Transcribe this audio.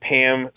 Pam